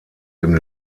dem